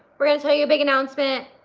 we're gonna tell you a big announcement,